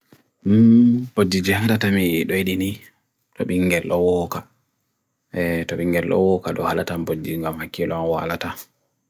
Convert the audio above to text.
Mmm, buddhiji jhaan datamei edwedi ni, to binger loo ka, to binger loo ka, do halatam buddhiji nga makilawaw halatam.